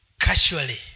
casually